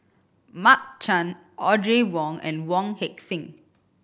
Mark Chan Audrey Wong and Wong Heck Sing